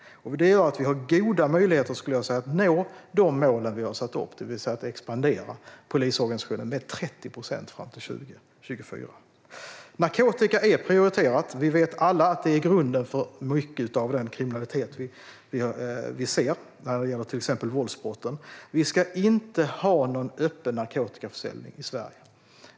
Detta gör att vi har goda möjligheter att nå de mål vi har satt upp, det vill säga att expandera polisorganisationen med 30 procent fram till 2024. Arbetet mot narkotika är prioriterat. Vi vet alla att det är grunden för exempelvis många våldsbrott. Vi ska inte ha någon öppen narkotikaförsäljning i Sverige.